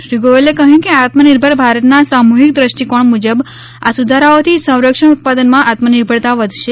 શ્રી ગોયલે કહ્યું કે આત્મનિર્ભર ભારતનાં સામૂહિક દ્રષ્ટિકોણ મુજબ આ સુધારાઓથી સંરક્ષણ ઉત્પાદનમાં આત્મનિર્ભરતા વધશે